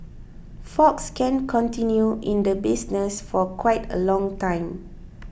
fox can continue in the business for quite a long time